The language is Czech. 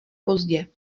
pozdě